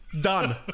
Done